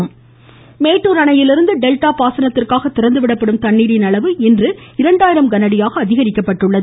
மேட்டு் மேட்டுர் அணையிலிருந்து டெல்டா பாசனத்திற்காக திறந்து விடப்படும் தண்ணீரின் அளவு இரண்டாயிரம் கனஅடியாக அதிகரிக்கப்பட்டுள்ளது